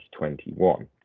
2021